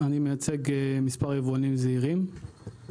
אני מייצג מספר יבואנים זעירים.